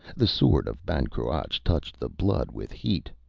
the sword of ban cruach touched the blood with heat.